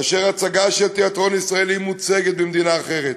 כאשר הצגה של תיאטרון ישראלי מוצגת במדינה אחרת